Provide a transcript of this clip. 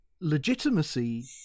legitimacy